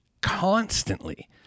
constantly